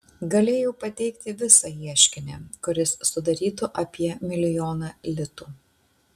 galėjau pateikti visą ieškinį kuris sudarytų apie milijoną litų